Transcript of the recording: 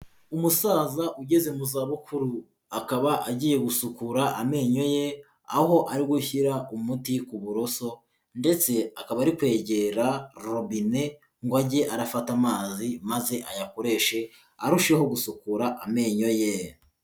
Umusaza ugeze mu zabukuru, akaba agiye gusukura amenyo ye, aho ari gushyira umuti ku buroso ndetse akaba ari kwegera robine ngo ajye arafata amazi maze ayakoreshe, arusheho gusukura amenyo ye.